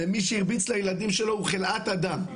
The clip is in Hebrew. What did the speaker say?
ומי שהרביץ לילדים שלו הוא חלאת אדם.